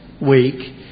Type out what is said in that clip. week